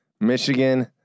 Michigan